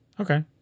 Okay